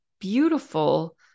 beautiful